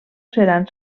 seran